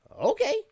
Okay